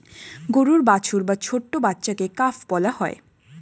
গরুর বাছুর বা ছোট্ট বাচ্ছাকে কাফ বলা হয়